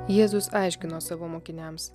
jėzus aiškino savo mokiniams